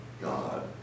god